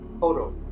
Photo